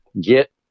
get